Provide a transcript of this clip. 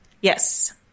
Yes